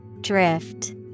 Drift